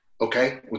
okay